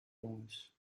jongens